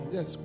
Yes